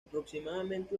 aproximadamente